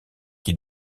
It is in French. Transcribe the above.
qui